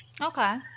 Okay